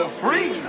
free